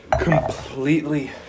Completely